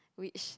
which